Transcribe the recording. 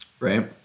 Right